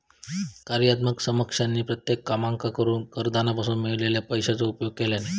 कार्यात्मक समकक्षानी कित्येक कामांका करूक कराधानासून मिळालेल्या पैशाचो उपयोग केल्यानी